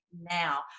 now